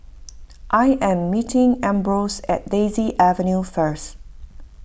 I am meeting Ambrose at Daisy Avenue first